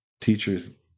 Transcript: teachers